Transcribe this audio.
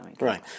Right